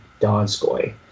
Donskoy